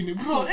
bro